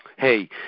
hey